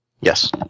Yes